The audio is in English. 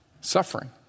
suffering